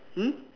hmm